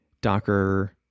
Docker